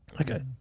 Okay